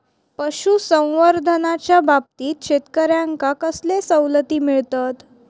पशुसंवर्धनाच्याबाबतीत शेतकऱ्यांका कसले सवलती मिळतत?